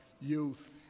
youth